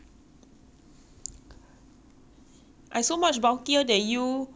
I so much bulkier than you that time I go draw blood they say also cannot find my vein